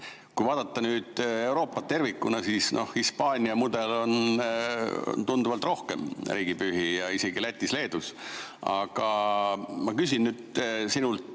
Kui vaadata nüüd Euroopa tervikuna, siis Hispaania mudel on tunduvalt rohkem riigipühi ja isegi Lätis-Leedus. Aga ma küsin nüüd sinult